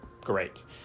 Great